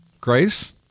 Grace